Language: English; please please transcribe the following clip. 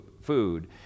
food